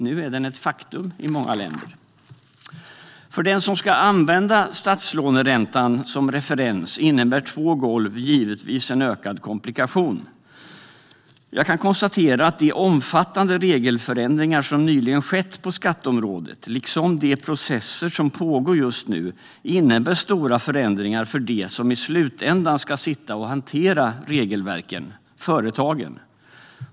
Nu är den ett faktum i många länder. För den som ska använda statslåneräntan som referens innebär två golv givetvis en ökad komplikation. Jag kan konstatera att de omfattande regelförändringar som nyligen skett på skatteområdet liksom de processer som pågår just nu innebär stora förändringar för dem som i slutändan ska sitta och hantera regelverken: företagen.